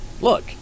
look